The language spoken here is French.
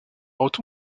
auto